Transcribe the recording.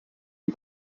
die